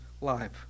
life